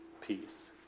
peace